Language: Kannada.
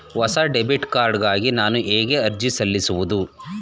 ಹೊಸ ಡೆಬಿಟ್ ಕಾರ್ಡ್ ಗಾಗಿ ನಾನು ಹೇಗೆ ಅರ್ಜಿ ಸಲ್ಲಿಸುವುದು?